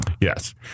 Yes